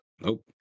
nope